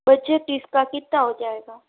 budget इसका कितना हो जाएगा